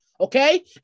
Okay